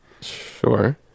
Sure